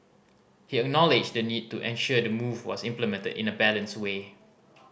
he acknowledged the need to ensure the move was implemented in a balanced way